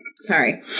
Sorry